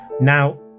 Now